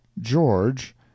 George